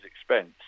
expense